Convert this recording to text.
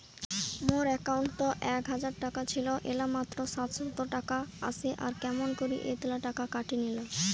মোর একাউন্টত এক হাজার টাকা ছিল এলা মাত্র সাতশত টাকা আসে আর কেমন করি এতলা টাকা কাটি নিল?